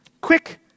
quick